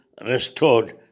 restored